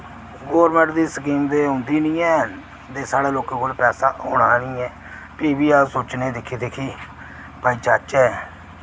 government दी scheme ते औंदी नि ऐ ते साढ़े लोकें कोल पैसा औना नि ऐ फ्ही बी अस सोचने दिक्खी दिक्खी भाई जाह्चै